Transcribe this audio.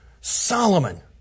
Solomon